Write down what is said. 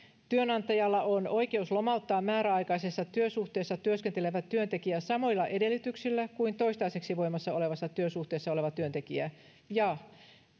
työnantajalla on oikeus lomauttaa määräaikaisessa työsuhteessa työskentelevä työntekijä samoilla edellytyksillä kuin toistaiseksi voimassa olevassa työsuhteessa oleva työntekijä ja